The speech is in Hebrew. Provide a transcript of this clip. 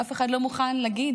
אף אחד לא מוכן להגיד